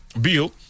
bill